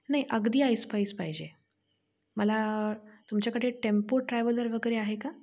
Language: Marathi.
नाई अगदी ऐस पैस पाहिजे मला तुमच्याकडे टेम्पो ट्रॅवलर वैगेरे आहे का